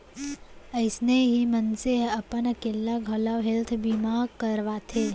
अइसने ही मनसे ह अपन अकेल्ला घलौ हेल्थ बीमा करवाथे